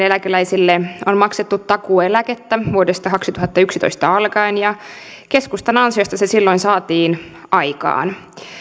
eläkeläisille on maksettu takuueläkettä vuodesta kaksituhattayksitoista alkaen ja keskustan ansiosta se silloin saatiin aikaan